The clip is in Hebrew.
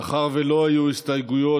מאחר שלא היו הסתייגויות,